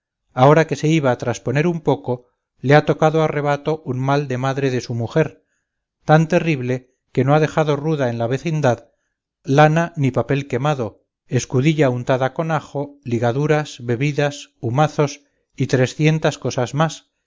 ahora que se iba a trasponer un poco le ha tocado a rebato un mal de madre de su mujer tan terrible que no ha dejado ruda en la vecindad lana ni papel quemado escudilla untada con ajo ligaduras bebidas humazos y trescientas cosas más